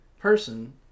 person